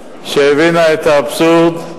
שהבינה את האבסורד,